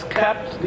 kept